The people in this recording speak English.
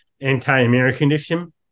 anti-Americanism